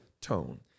tone